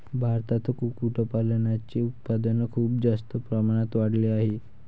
भारतात कुक्कुटपालनाचे उत्पादन खूप जास्त प्रमाणात वाढले आहे